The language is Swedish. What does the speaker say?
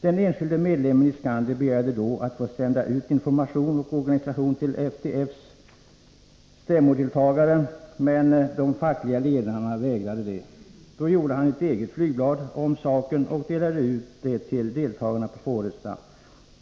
Den enskilde medlemmen vid Skandia, som jag nyss nämnde, begärde då att få sända ut information om opinionen till FTF:s stämmodeltagare, men de fackliga ledarna vägrade det. Då gjorde han ett eget flygblad om saken och delade ut det till delegaterna på Foresta.